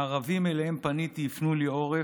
הערבים שאליהם פניתי הפנו לי עורף.